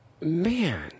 man